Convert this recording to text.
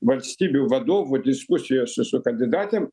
valstybių vadovų diskusijose su kandidatėm